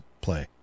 play